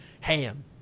ham